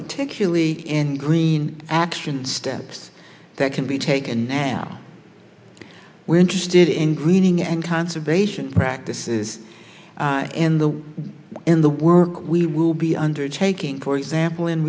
particularly in green action steps that can be taken now we're interested in greening and conservation practices in the in the work we will be undertaking for example in